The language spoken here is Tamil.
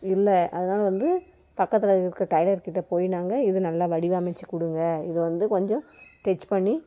இல்லை அதனால் வந்து பக்கத்தில் இருக்க டைலர்கிட்டே போய் நாங்கள் இதை நல்லா வடிவமைத்துக் கொடுங்க இதை வந்து கொஞ்சம் ஸ்டிச் பண்ணி